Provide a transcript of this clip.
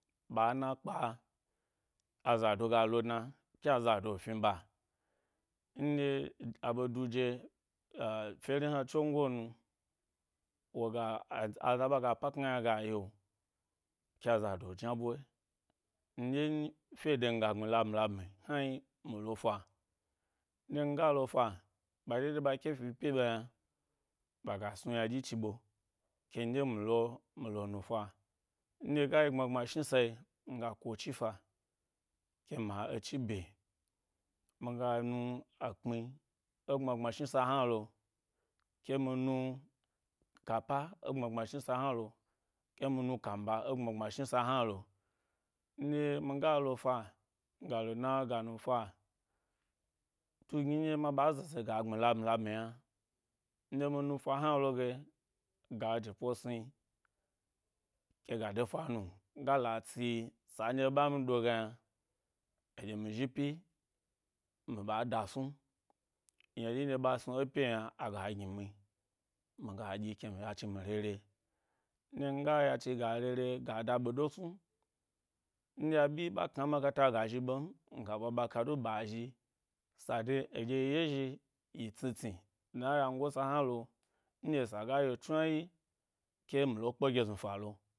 Ɓa ena kpa, azado ga lo’ dna ke azado fni ba nɗye aɓe duje fyeri hna tsongo nu woga aza ɓaga pakna yna ga yi’o ke azado jna bo, nɗye nyi fyede miga gbmi labmi labmi hnayi milo’ fan dye miga lo’ fa ɓa yna ɓaga snu yna dyi chi ɓe kemi lo, mi lo nufa nɗye ga yi gbma gbmashni sayi miga ku echi’ fa ke ma echi bye, miga nu ekpmi ẻ gbma gbma shnisa hna lo, kemi nu kappa ẻ gbma gbma shnisa hna lo, ke mi nu kamba, ẻ gbma gbma shnisa hna lo nɗye miga lo fa galo dna galo nufe, tu gnir ndye ma ɓa zeze la gbmi labmi labmi yna, nɗye mi nufa hna loge ga jepo sni, keg a de fanu gala tsi sa nɗye e ɓa mi do ge yna, eɗye mi zhi pyi mi ɓa da’ snu ynaɗyi ndye ɓa snu epyi yna aga gimi miga ɗyi ke mi yadi mi re’re. Nɗye miga yadi ga re’re ga da ɓedo snu, nɗye abyi ɓa kna makata ga zhi ɓem miga ɓwa ɓadu ɓa zhi sade eɗye yi yezhi yi tsni tsni dna yango sa hnalo, nɗye esa ga ye’o chwanawyi kemilo kpe gye znu fa lo.